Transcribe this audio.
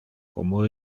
como